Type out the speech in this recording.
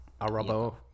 Arabo